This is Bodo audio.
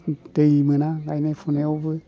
दै मोना गायनाय फुनायावबो